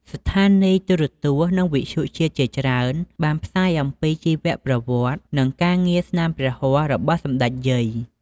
ស្ថានីយទូរទស្សន៍ និងវិទ្យុជាតិជាច្រើនបានផ្សាយអំពីជីវប្រវត្តិ និងការងារស្នាមព្រះហស្ដរបស់សម្តេចយាយ។